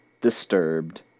disturbed